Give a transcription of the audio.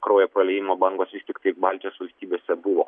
kraujo praliejimo bangos vis tiktai baltijos valstybėse buvo